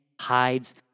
hides